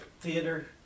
Theater